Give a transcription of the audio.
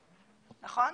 נכון?